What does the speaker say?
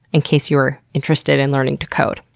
in case you were interested in learning to code.